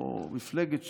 או מפלגת ש"ס,